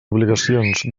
obligacions